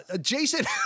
Jason